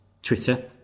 Twitter